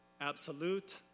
absolute